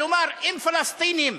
כלומר, אם פלסטינים,